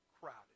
Crowded